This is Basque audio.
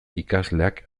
ikasleak